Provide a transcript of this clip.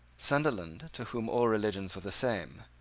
sunderland, to whom all religions were the same,